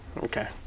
okay